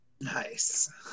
nice